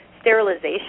sterilization